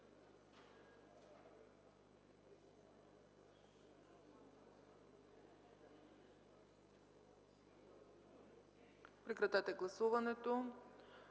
Прекратете гласуването!